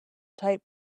tight